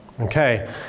Okay